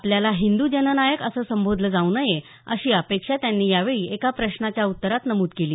आपल्याला हिंद् जननायक संबोधलं जाऊ नये अशी अपेक्षा त्यांनी यावेळी एका प्रश्नाच्या उत्तरात नमुद केली